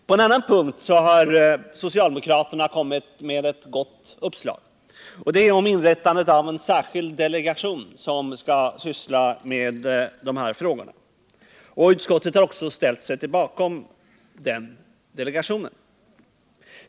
På en annan punkt har socialdemokraterna kommit med ett gott uppslag. Det gäller inrättandet av en särskild delegation, som skall syssla med dessa frågor. Utskottet har också ställt sig bakom inrättandet av denna delegation.